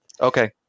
Okay